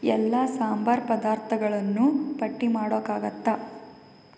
ಎಲ್ಲ ಸಾಂಬಾರ್ ಪದಾರ್ಥಗಳನ್ನೂ ಪಟ್ಟಿ ಮಾಡೋಕ್ಕಾಗುತ್ತಾ